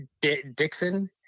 Dixon